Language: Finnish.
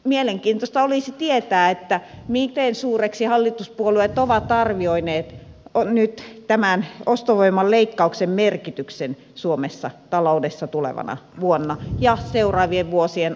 mielenkiintoista olisi tietää miten suureksi hallituspuolueet ovat arvioineet nyt tämän ostovoiman leikkauksen merkityksen suomen taloudessa tulevana vuonna ja seuraavien vuosien aikana